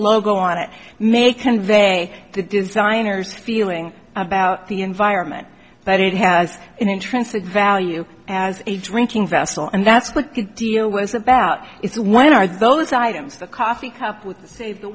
logo on it may convey the designer's feeling about the environment but it has an intrinsic value as a drinking vessel and that's the deal was about is what are those items the coffee cup with the save the